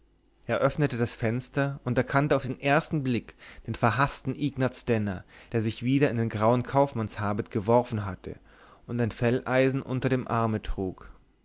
öffnete das fenster und erkannte auf den ersten blick den verhaßten ignaz denner der sich wieder in den grauen kaufmannshabit geworfen hatte und ein felleisen unter dem arme trug